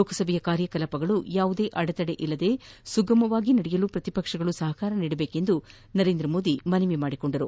ಲೋಕಸಭೆಯ ಕಾರ್ಯಕಲಾಪಗಳು ಯಾವುದೇ ಅಡೆತಡೆಗಳಲ್ಲದೆ ಸುಗಮವಾಗಿ ನಡೆಯಲು ಪ್ರತಿಪಕ್ಷಗಳು ಸಹಕರಿಸಬೇಕು ಎಂದು ಮನವಿ ಮಾಡಿದರು